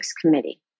committee